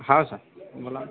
हा सर बोला